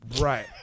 right